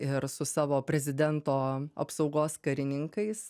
ir su savo prezidento apsaugos karininkais